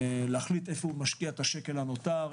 להחליט איפה משקיעים את השקל הנותר,